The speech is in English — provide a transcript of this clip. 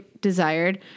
desired